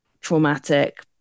traumatic